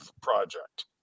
project